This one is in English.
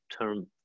term